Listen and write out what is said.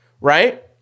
right